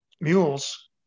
mules